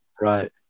Right